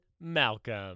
Malcolm